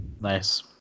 nice